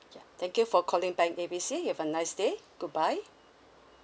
ya thank you for calling bank A B C you have a nice day goodbye